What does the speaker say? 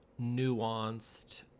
nuanced